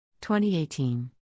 2018